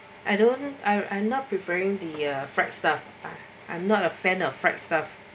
I don't I I not preparing the fried stuff I'm not a fan of fried stuff